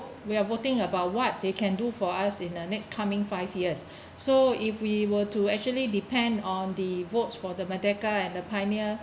we are voting about what they can do for us in the next coming five years so if we were to actually depend on the votes for the merdeka and the pioneer